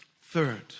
Third